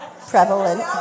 prevalent